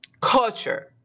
culture